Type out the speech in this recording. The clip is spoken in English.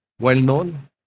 well-known